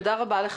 תודה רבה לך,